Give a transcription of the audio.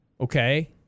okay